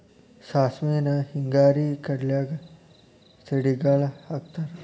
ಸಾಸ್ಮಿನ ಹಿಂಗಾರಿ ಕಡ್ಲ್ಯಾಗ ಸಿಡಿಗಾಳ ಹಾಕತಾರ